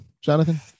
Jonathan